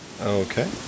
Okay